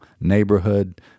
neighborhood